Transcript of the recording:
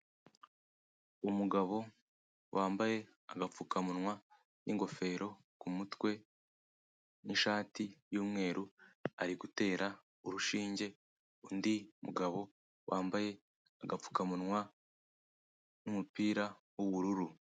Umugabo wambaye agapfukamunwa n'ingofero kumutwe n'ishati y'umweru, ari gutera urushinge undi mugabo wambaye agapfukamunwa n'umupira w'ubururu.